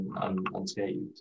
unscathed